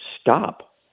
stop